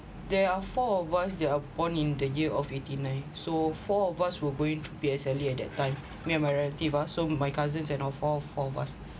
there are four of us that are born in the year of eighty nine so four of us were going to P_S_L_E at that time me and my relative ah so my cousins and of all four of us